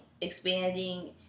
expanding